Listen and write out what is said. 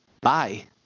Bye